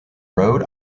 road